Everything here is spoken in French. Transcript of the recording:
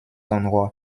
endroit